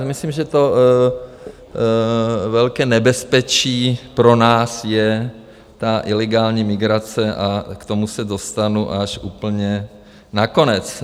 Myslím, že to velké nebezpečí pro nás je ta ilegální migrace, a k tomu se dostanu až úplně nakonec.